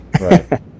Right